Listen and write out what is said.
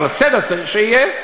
אבל סדר, צריך שיהיה.